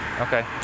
Okay